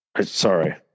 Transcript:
Sorry